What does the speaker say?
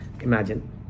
imagine